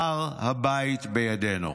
"הר הבית בידינו".